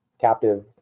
captive